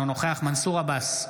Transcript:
אינו נוכח מנסור עבאס,